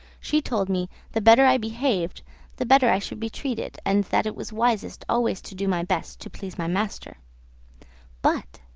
she told me the better i behaved the better i should be treated, and that it was wisest always to do my best to please my master but,